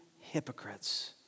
hypocrites